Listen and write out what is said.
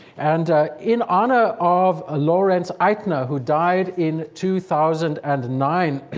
and in honor of ah lawrence eitner, who died in two thousand and nine.